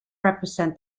represent